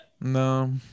no